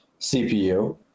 CPU